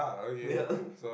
ya